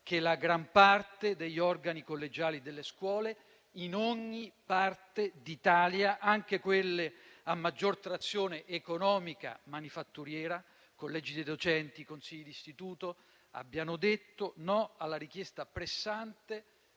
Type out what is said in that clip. che la gran parte degli organi collegiali delle scuole in ogni parte d'Italia (anche quelle a maggior trazione economica o manifatturiera), collegi dei docenti e consigli d'istituto, abbiano detto no alla richiesta pressante